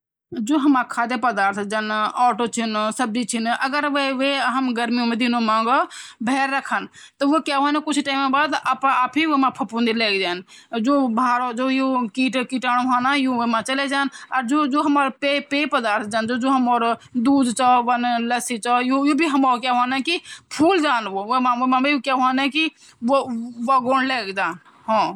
गाई जु चीन वो भी आपः मालिक ते देख के रामाड़ लघु रामाड़ लगी रेंडी माँ माँ कंदी और बकरी भी जो ची अपु मालिक जन देखेलि तह वे देखिकी ममम मीएएएए करदी रेंदी बहुत ज्यादा करदी और वी ते देखते रेन्ड देखते रेन्ड |